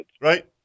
Right